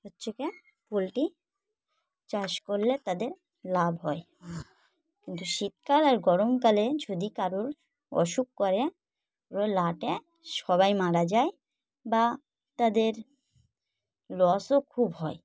হচ্ছে কি পোলট্রি চাষ করলে তাদের লাভ হয় কিন্তু শীতকাল আর গরমকালে যদি কারুর অসুখ করে ওরা লাটে সবাই মারা যায় বা তাদের লসও খুব হয়